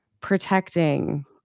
protecting